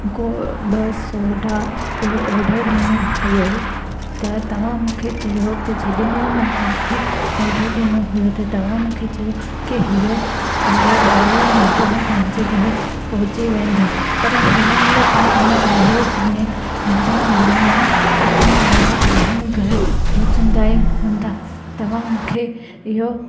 गोअ ॿ सोडा अहिड़ो ऑडर ॾिनो हुयो त तव्हां मूंखे चयो की जेॾीमहिल मां तव्हांखे ऑडर डिनो हुयो त तव्हां मूंखे चयो हीउ ऑडर ॿावीह मिंट में तव्हांजे घरु पहुची वेंदो पर हिन महिल ताईं अञा आयो कोने मुंहिंजा महिमान अचणु वारा आहिनि घरु पहुचंदा ई हूंदा इहो